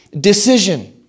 decision